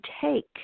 take